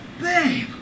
babe